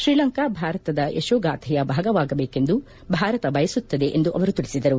ಶ್ರೀಲಂಕಾ ಭಾರತದ ಯಶೋಗಾಥೆಯ ಭಾಗವಾಗಬೇಕೆಂದು ಭಾರತ ಬಯಸುತ್ತದೆ ಎಂದು ಅವರು ತಿಳಿಸಿದರು